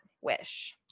wish